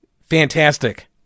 fantastic